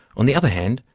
on the other hand,